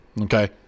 Okay